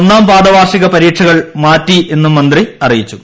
ഒന്നാം പാദ വാർഷിക പരീക്ഷകൾ മാറ്റി എന്നും മന്ത്രി അറിയിച്ചു